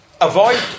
avoid